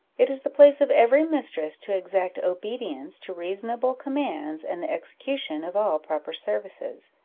it is the place of every mistress to exact obedience to reasonable commands and the execution of all proper services.